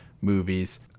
movies